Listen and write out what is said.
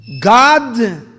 God